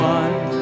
one